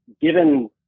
given